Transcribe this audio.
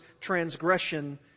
transgression